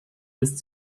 ist